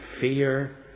fear